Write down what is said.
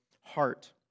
heart